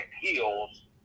heals